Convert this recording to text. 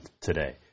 today